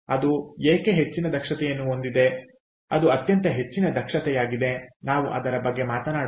ಅದು ಏಕೆ ಹೆಚ್ಚಿನ ದಕ್ಷತೆಯನ್ನು ಹೊಂದಿದೆ ಅದು ಅತ್ಯಂತ ಹೆಚ್ಚಿನ ದಕ್ಷತೆಯಾಗಿದೆ ನಾವು ಅದರ ಬಗ್ಗೆ ಮಾತನಾಡುತ್ತೇವೆ